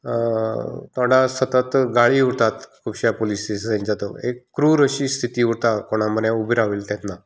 तोणाक सतत गाळी उरतात खुबश्या पुलिसांच्या एक क्रूर अशी स्थिती उरता कोणाच्या म्हऱ्यांत उबे राविल्ले तेन्ना